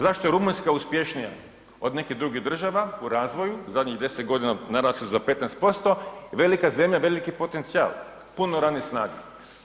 Zašto je Rumunjska uspješnija od nekih drugih država u razvoju zadnjih 10 godina narasli za 15%, velika zemlja, veliki potencijal, puno radne snage.